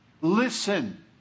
Listen